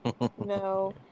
no